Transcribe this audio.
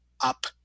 up